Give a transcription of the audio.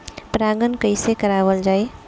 परागण कइसे करावल जाई?